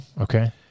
Okay